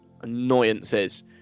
annoyances